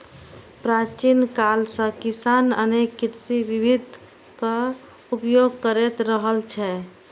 प्राचीन काल सं किसान अनेक कृषि विधिक उपयोग करैत रहल छै